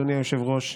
אדוני היושב-ראש,